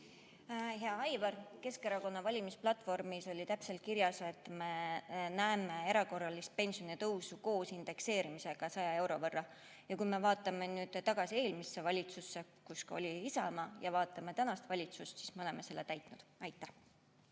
Hea Aivar! Keskerakonna valimisplatvormis oli täpselt kirjas, et me näeme ette erakorralist pensionitõusu koos indekseerimisega 100 euro võrra. Ja kui me vaatame nüüd tagasi eelmisele valitsusele, kus oli ka Isamaa, ja vaatame tänast valitsust, siis me oleme selle täitnud. Riho